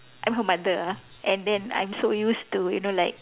I'm her mother ah and then I'm so used to you know like